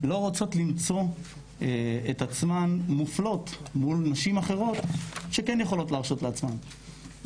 לא רוצות למצוא את עצמן מופלות מול נשים אחרות שכן יכולות להרשות לעצמן.